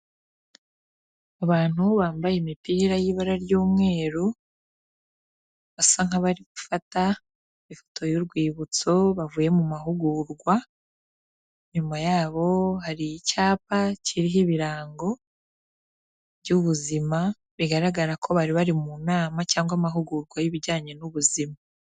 Abantu bambaye imipira y'ibara ry'umweru basa nk'abari gufata ifoto y'urwibutso bavuye mu mahugurwa, inyuma yabo hari icyapa kiriho ibirango by'ubuzima bigaragara ko bari bari mu nama cyangwa amahugurwa y'ibijyanye n'ubuzima.